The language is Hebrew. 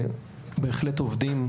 בהחלט עובדים,